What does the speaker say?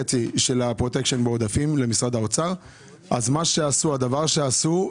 אחוזים של הפרוטקשן בעודפים למשרד האוצר והדבר שעשו,